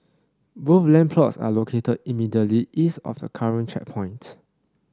both land plots are located immediately east of the current checkpoint